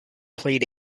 played